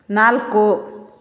ನಾಲ್ಕು